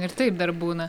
ir taip dar būna